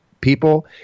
people